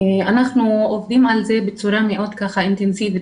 אנחנו עובדים על זה בצורה מאוד אינטנסיבית